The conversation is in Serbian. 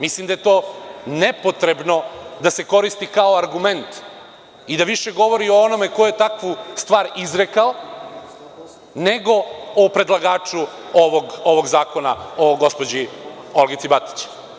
Mislim da je to nepotrebno da se koristi kao argument i da više govori o onome ko je takvu stvar izrekao nego o predlagaču ovog zakona, o gospođi Olgici Batić.